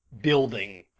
building